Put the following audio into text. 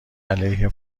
علیه